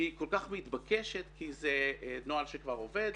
היא כל כך מתבקשת כי זה נוהל שכבר עובד.